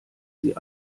sie